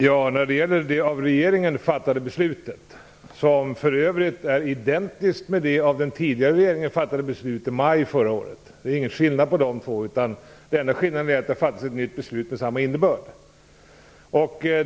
Herr talman! Det av regeringen fattade beslutet är för övrigt identiskt med det av den tidigare regeringen i maj förra året fattade beslutet. Det är alltså ingen skillnad mellan de två besluten - det har bara fattats ett nytt beslut med samma innebörd.